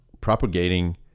Propagating